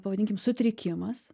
pavadinkim sutrikimas